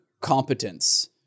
competence